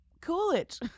Coolidge